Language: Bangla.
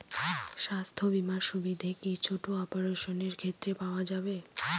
স্বাস্থ্য বীমার সুবিধে কি ছোট অপারেশনের ক্ষেত্রে পাওয়া যাবে?